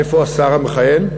איפה השר המכהן?